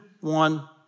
one